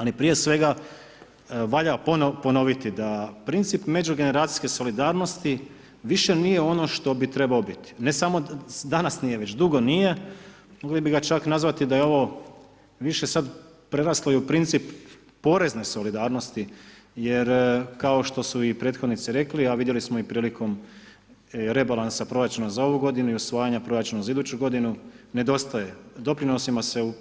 Ali prije svega valja ponoviti da princip međugeneracijske solidarnosti više nije ono što bi trebao biti, ne samo danas nije, već dugo nije, mogli bi ga čak nazvati da je ovo više sad preraslo i u princip porezne solidarnosti jer, kao što su i prethodnici rekli, a vidjeli smo i prilikom rebalansa proračuna za ovu godinu, i usvajanja proračuna za iduću godinu, nedostaje, doprinosima se